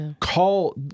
call